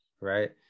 right